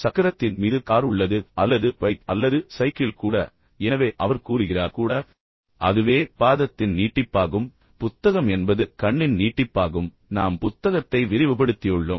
சக்கரத்தின் மீது கார் உள்ளது அல்லது பைக் அல்லது சைக்கிள் கூட எனவே அவர் கூறுகிறார் கூட அதுவே பாதத்தின் நீட்டிப்பாகும் புத்தகம் என்பது கண்ணின் நீட்டிப்பாகும் நாம் புத்தகத்தை விரிவுபடுத்தியுள்ளோம்